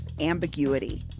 ambiguity